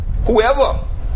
Whoever